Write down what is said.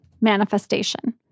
manifestation